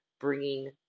bringing